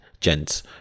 gents